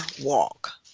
walk